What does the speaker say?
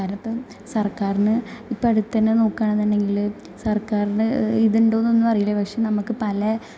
കാരണിപ്പം സർക്കാരിന് ഇപ്പോഴ് ത്തന്നെ നോക്കാണെന്നുണ്ടെങ്കിൽ സർക്കാരിൻ്റെ ഇതൊണ്ടോന്നൊന്നും അറിയില്ല പക്ഷേ നമുക്ക് പല